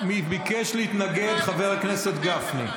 ביקש להתנגד חבר הכנסת גפני.